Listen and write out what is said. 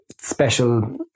special